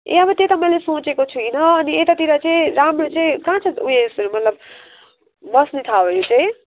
ए अब त्यो त मैले सोचेको छुइनँ अनि यतातिर चाहिँ राम्रो चाहिँ कहाँ छ उइसहरू मतलब बस्ने ठाउँहरू चाहिँ